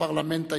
הפרלמנט הישראלי.